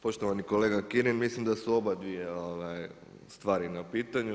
Poštovani kolega Kirin, mislim da su obadvije stvari na pitanju.